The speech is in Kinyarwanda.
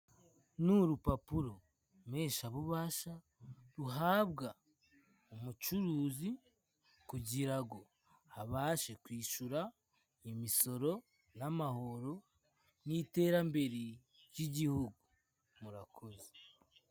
Ni urupapuro mpeshabubasha ruhabwa umucuruzi kugira ngo abashe kwishyura imisoro n'amahoro. Ni iterambere ry'igihugu murakoze.